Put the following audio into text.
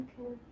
Okay